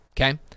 Okay